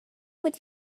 would